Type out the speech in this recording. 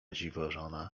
dziwożona